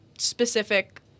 specific